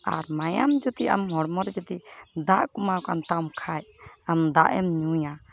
ᱟᱨ ᱢᱟᱭᱟᱢ ᱡᱩᱫᱤ ᱟᱢ ᱦᱚᱲᱢᱚ ᱨᱮ ᱡᱩᱫᱤ ᱫᱟᱜ ᱠᱚᱢᱟᱣ ᱠᱟᱱ ᱛᱟᱢ ᱠᱷᱟᱡ ᱟᱢ ᱫᱟᱜᱼᱮᱢ ᱧᱩᱭᱟ